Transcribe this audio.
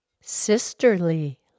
sisterly